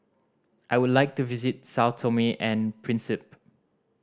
I would like to visit Sao Tome and Principe